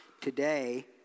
today